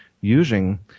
using